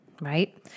Right